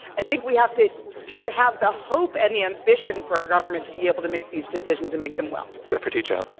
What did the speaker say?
i think we have to to have the hope and the ambition for our government to be able to make these decisions and make them well. zephyr teachout.